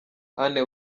anne